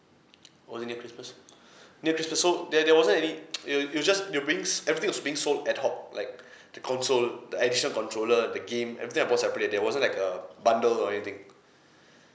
only near christmas near christmas so there there wasn't any you'll you'll just they'll brings everything was being sold ad-hoc like the console the additional controller the game everything I bought separate there wasn't like a bundle or anything